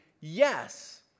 yes